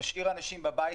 שמשאיר אנשים בבית,